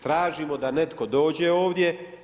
Tražimo da netko dođe ovdje.